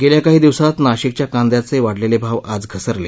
गेल्या काही दिवसात नाशिकच्या कांद्याचे वाढलेले भाव आज घसरले